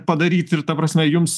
padaryt ir ta prasme jums